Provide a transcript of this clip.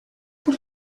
por